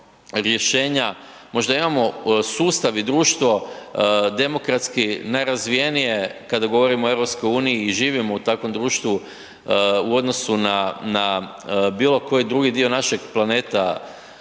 možda imamo sustav i društvo demokratski najrazvijenije kada govorimo o EU i živimo u takvom društvu u odnosu na, na bilo koji drugi dio našeg planeta